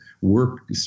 work